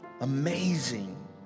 amazing